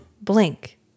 Blink